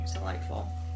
Delightful